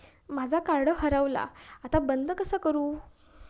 माझा कार्ड हरवला आता बंद कसा करू?